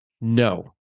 No